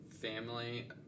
family